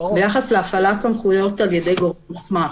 ביחס להפעלת סמכויות על ידי גורם מוסמך.